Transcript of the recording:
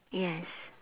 yes